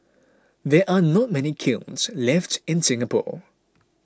there are not many kilns left in Singapore